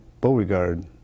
Beauregard